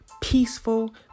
peaceful